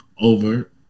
over